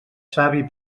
savi